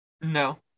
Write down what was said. No